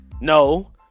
No